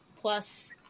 plus